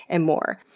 and more.